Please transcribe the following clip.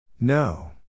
No